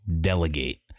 delegate